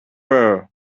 were